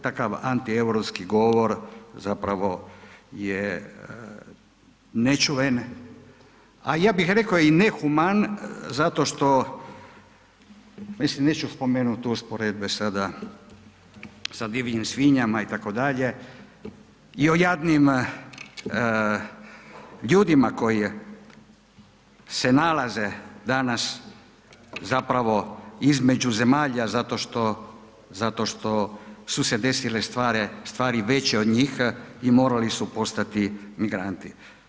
Takav antieuropski govor zapravo je nečuven a ja bih rekao i nehuman zato što, mislim, neću spomenut tu usporedbe sada sa divljim svinjama itd. i o jadnim ljudima koji se nalaze danas zapravo između zemalja zato što su se desile stvari veće od njih i morali su postati migranti.